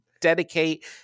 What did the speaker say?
dedicate